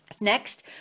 Next